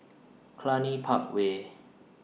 Cluny Park Way